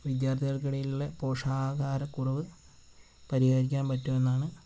വിദ്യാർത്ഥികൾക്കിടയിലുള്ള പോഷകാഹാരക്കുറവ് പരിഹരിക്കാൻ പറ്റുമെന്നാണ്